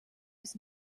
was